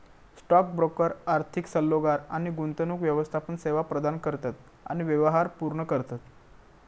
stock broker आर्थिक सल्लोगार आणि गुंतवणूक व्यवस्थापन सेवा प्रदान करतत आणि व्यवहार पूर्ण करतत